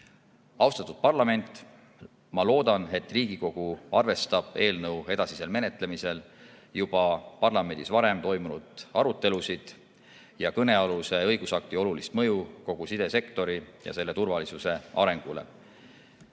Austatud parlament! Ma loodan, et Riigikogu arvestab eelnõu edasisel menetlemisel juba parlamendis varem toimunud arutelusid ja kõnealuse õigusakti olulist mõju kogu sidesektori ja selle turvalisuse arengule.